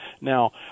Now